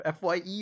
FYE